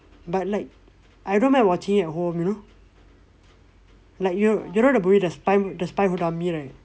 but like I don't mind watching it at home you know like you know the movie the spy who dumped right